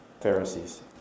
Pharisees